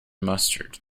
mustard